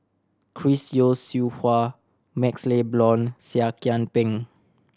Chris Yeo Siew Hua MaxLe Blond Seah Kian Peng